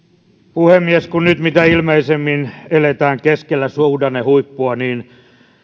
puhemies kun nyt mitä ilmeisimmin eletään keskellä suhdannehuippua niin